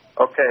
Okay